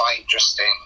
interesting